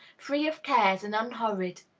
free of cares and unhurried.